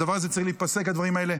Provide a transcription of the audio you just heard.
הדבר הזה צריך להיפסק, הדברים האלה.